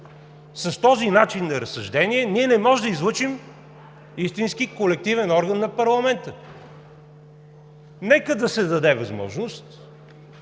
С този начин на разсъждение ние не може да излъчим истински колективен орган на парламента. Нека да се даде възможност,